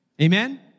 Amen